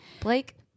Blake